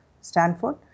Stanford